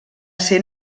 ser